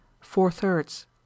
four-thirds